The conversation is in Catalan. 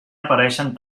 apareixen